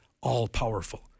all-powerful